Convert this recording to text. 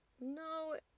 No